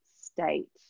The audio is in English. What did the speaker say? state